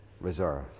Reserve